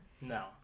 No